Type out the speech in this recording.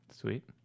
Sweet